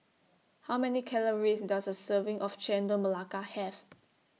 How Many Calories Does A Serving of Chendol Melaka Have